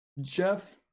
Jeff